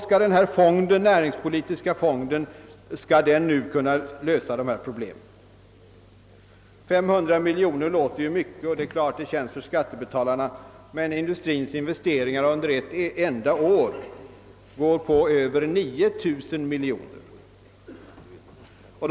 Skall nu den näringspolitiska fonden kunna lösa dessa problem? 500 miljoner låter mycket, och det är klart att det känns för skattebetalarna, men industriens investeringar under ett enda år uppgår till över 9 000 miljoner kronor.